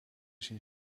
zien